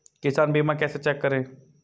किसान बीमा कैसे चेक करें?